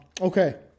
Okay